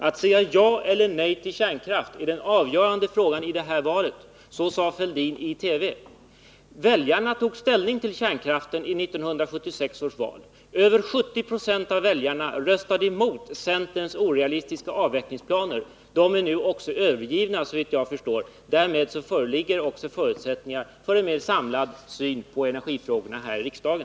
Att säga ja eller nej till kärnkraft är den avgörande frågan i detta fall.” Så sade Thorbjörn Fälldin i TV. Väljarna tog ställning till kärnkraften i 1976 års val. Över 70 96 av väljarna röstade emot centerns orealistiska avvecklingsplaner. Dessa är nu övergivna, såvitt jag förstår, och därmed föreligger också förutsättningar för en mer samlad syn på energifrågorna här i riksdagen.